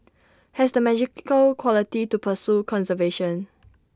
has the magical quality to pursue conservation